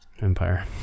empire